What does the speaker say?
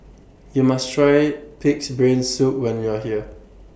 YOU must Try Pig'S Brain Soup when YOU Are here